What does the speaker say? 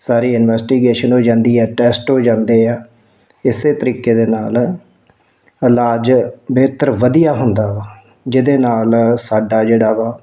ਸਾਰੀ investigation ਹੋ ਜਾਂਦੀ ਹੈ ਟੈਸਟ ਹੋ ਜਾਂਦੇ ਆ ਇਸੇ ਤਰੀਕੇ ਦੇ ਨਾਲ ਇਲਾਜ ਬਿਹਤਰ ਵਧੀਆ ਹੁੰਦਾ ਵਾ ਜਿਹਦੇ ਨਾਲ ਸਾਡਾ ਜਿਹੜਾ ਵਾ